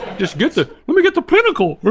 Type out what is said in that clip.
just get the, lemme get the pinnacle,